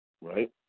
right